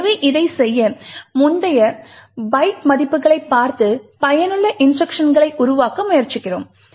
எனவே இதைச் செய்ய முந்தைய பைட் மதிப்புகளைப் பார்த்து பயனுள்ள இன்ஸ்ட்ருக்ஷன்களை உருவாக்க முயற்சிக்கிறோம்